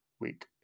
week